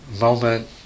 moment